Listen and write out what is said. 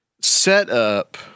setup